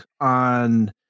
on